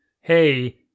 hey